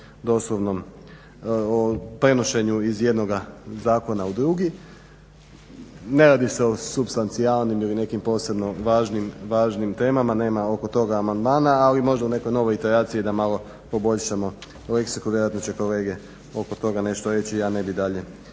doslovnom, o prenošenju iz jednoga zakona u drugi, ne radi se o supstancijalnim ili nekim posebno važnim temama, nema oko toga amandmana ali možda u nekoj novoj iteraciji da malo poboljšamo, …/Govornik se ne razumije./… vjerojatno će kolege oko toga nešto reći. Ja ne bih dalje